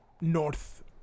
north